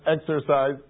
exercise